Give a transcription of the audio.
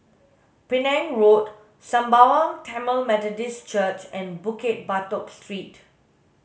Penang Road Sembawang Tamil Methodist Church and Bukit Batok Street